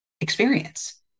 experience